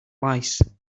lice